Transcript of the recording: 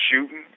shooting